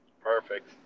Perfect